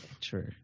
True